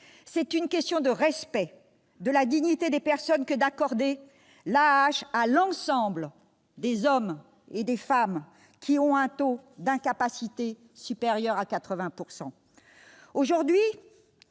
C'est une question de respect de la dignité des personnes que d'accorder cette allocation à l'ensemble des hommes et des femmes qui ont un taux d'incapacité supérieur à 80 %.